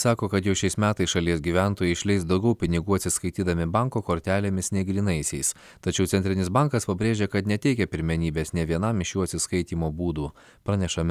sako kad jau šiais metais šalies gyventojai išleis daugiau pinigų atsiskaitydami banko kortelėmis nei grynaisiais tačiau centrinis bankas pabrėžia kad neteikia pirmenybės nė vienam iš šių atsiskaitymo būdų praneša mindaugas laukagalis